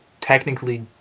technically